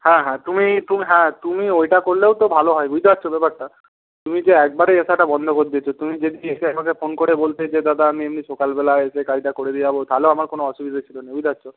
হ্যাঁ হ্যাঁ তুমি তুমি হ্যাঁ তুমি ওইটা করলেও তো ভালো হয় বুঝতে পারছ ব্যাপারটা তুমি যে একবারেই আসাটা বন্ধ করে দিয়েছ তুমি যদি এসে আমাকে ফোন করে বলতে যে দাদা আমি এমনি সকালবেলা এসে কাজটা করে দিয়ে যাব তাহলেও আমার কোনো অসুবিধা ছিল না বুঝতে পারছ